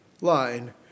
line